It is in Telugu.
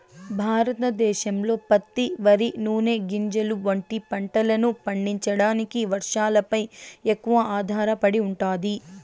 భారతదేశంలో పత్తి, వరి, నూనె గింజలు వంటి పంటలను పండించడానికి వర్షాలపై ఎక్కువగా ఆధారపడి ఉంటాది